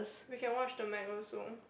we can watch the the Meg also